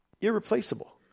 irreplaceable